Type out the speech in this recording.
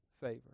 favor